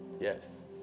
Yes